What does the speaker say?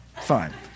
fine